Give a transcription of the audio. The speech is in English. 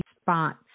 spots